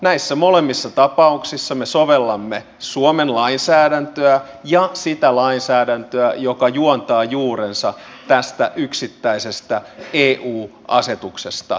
näissä molemmissa tapauksissa me sovellamme suomen lainsäädäntöä ja sitä lainsäädäntöä joka juontaa juurensa tästä yksittäisestä eu asetuksesta